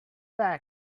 back